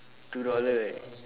two dollar eh